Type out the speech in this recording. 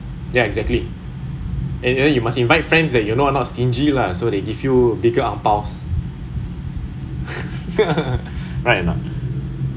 ya exactly and then you must invite friends that you know are stingy lah so they give you bigger angpaos right or not